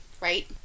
right